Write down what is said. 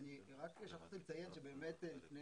אני רק שכחתי לציין שלפני